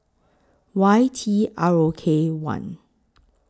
Y T R O K one